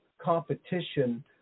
competition